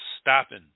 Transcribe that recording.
stopping